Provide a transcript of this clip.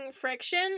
friction